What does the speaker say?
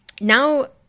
now